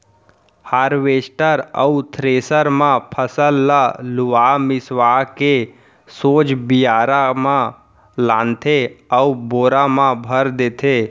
harvester अउ thresher म फसल ल लुवा मिसवा के सोझ बियारा म लानथे अउ बोरा म भर देथे